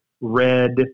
red